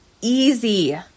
easy